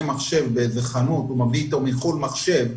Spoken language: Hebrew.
שעוקב אחרי כל אחד שקונה מחשב בחנות או מביא אתו מחוץ לארץ מחשב.